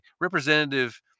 representative